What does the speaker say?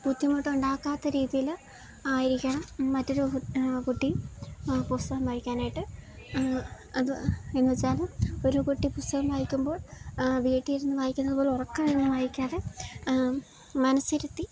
ബുദ്ധിമുട്ടുണ്ടാക്കാത്ത രീതിയില് ആയിരിക്കണം മറ്റൊരു കുട്ടി പുസ്തകം വായിക്കാനായിട്ട് അതെന്നുവെച്ചാല് ഒരു കുട്ടി പുസ്തകം വായിക്കുമ്പോൾ വീട്ടിലിരുന്ന് വായിക്കുന്നതുപോലെ ഉറക്കെയൊന്നും വായിക്കാതെ മനസ്സിരുത്തി